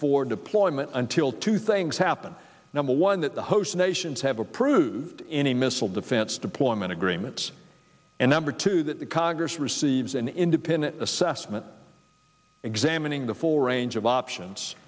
for deployment until two things happen number one that the host nations have approved any missile defense deployment agreements and number two that the congress receives an independent assessment examining the for range of options